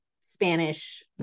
spanish